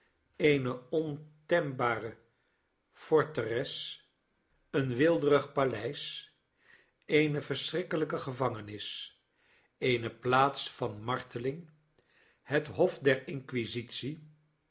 eene onneembare forteres een weelderig paleis eene verschrikkelijke gevangenis eene plaats van marteling het hof der